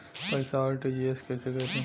पैसा आर.टी.जी.एस कैसे करी?